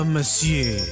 Monsieur